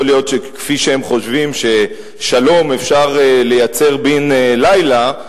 יכול להיות שכפי שהם חושבים ששלום אפשר לייצר בן-לילה,